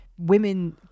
women